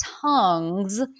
tongue's